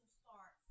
start